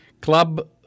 Club